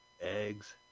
eggs